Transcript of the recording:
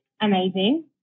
amazing